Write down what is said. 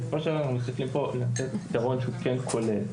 בסופו של דבר אנחנו מסתכלים פה על לתת פתרון שהוא באמת כולל.